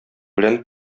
белән